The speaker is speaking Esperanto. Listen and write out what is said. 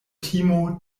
timo